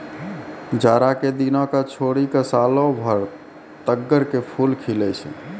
जाड़ा के दिनों क छोड़ी क सालों भर तग्गड़ के फूल खिलै छै